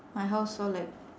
my house all like